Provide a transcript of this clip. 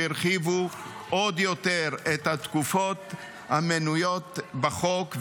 שהרחיבו עוד יותר את התקופות המנויות בחוק,